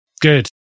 Good